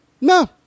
No